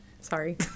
sorry